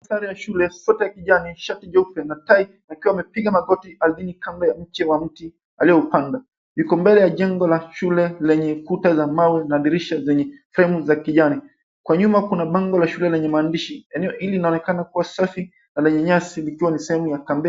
Mstari wa shule, sweta ya kijani, shati jeupe na tai akiwa amepiga mapogi adhini kamra ya mche wa mti alioupanda liko mbele ya jengo la shule lenye kuta za mbao na dirisha zenye fremu za kijani. Kwa nyumba kuna bango la shule lenye maandishi. Eneo hili linaonekana kuwa safi na lenye nyasi likiwa ni sehemu ya kampeni.